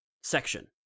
section